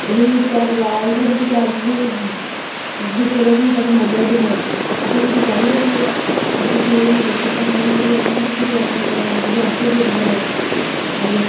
ଏବେ ବି କ୍ୟାବ୍ ଅଲଗା କିଛି କ୍ୟାବ୍ ବି ବୁକ୍ କରିବାକୁ ମୋ ପାଖରେ ମୋବାଇଲ୍ ବି ନାହିଁ ଆପଣ ଯଦି ପାରିବେ ଟିକିଏ ଆସିକି ଏହି ମୁଁ ଲୋକେସନ୍ ସେଣ୍ଡ୍ କରିବି ଆପଣଙ୍କ କତିକି ଆପଣ ପାଖ ଯଦି ଆସିବେ ଟିକିଏ ଭଲ ହେବ ଆଜ୍ଞା